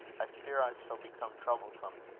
i fear i shall become troublesome.